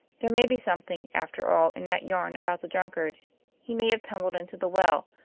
there may be something, after all, in that yarn about the drunkard he may have tumbled into the well.